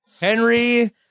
Henry